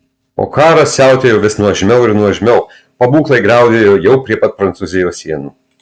o karas siautėjo vis nuožmiau ir nuožmiau pabūklai griaudėjo jau prie pat prancūzijos sienų